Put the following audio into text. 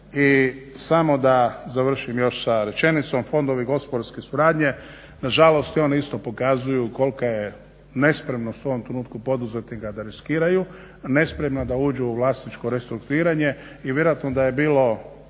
I samo da završim još sa rečenicom, fondovi gospodarske suradnje, nažalost i oni isto pokazuju kolika je nespremnost u ovom trenutku poduzetnika da riskiraju, nespremna da uđu u vlasničko restrukturiranje i vjerojatno da je bilo